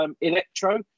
electro